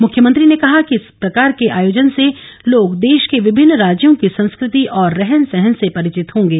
मुख्यमंत्री ने कहा कि इस प्रकार के आयोजन से लोग देश के विभिन्न राज्यों की संस्कृति और रहन सहन से ॅपरिचित होंगे